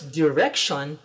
direction